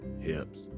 hips